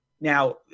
Now